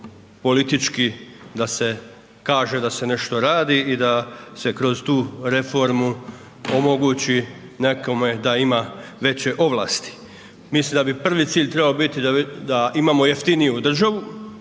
politički da se kaže da se nešto radi i da se kroz tu reformu omogući nekome da ima veće ovlasti. Mislim da bi prvi cilj trebao biti da imamo jeftiniju državu,